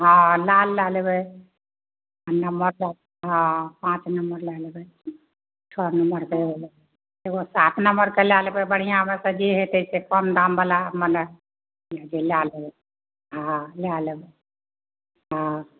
हँ लाल लए लेबै नम्मर तऽ हँ पॉँच नम्मर लए लेबै छओ नम्मर कऽ एगो सात नम्मर कऽ लए लेबै बढ़िआँमेसँ जे होयतै से कम दाम बला मने जे लए लेबै हँ लए लेबै हँ